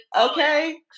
okay